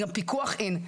גם פיקוח אין.